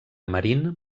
marín